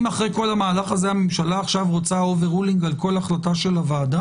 האם אחרי כל המהלך הזה הממשלה תרצה אובר-רולינג על כל החלטה של הרשות?